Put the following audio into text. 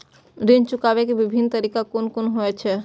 ऋण चुकाबे के विभिन्न तरीका कुन कुन होय छे?